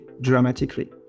dramatically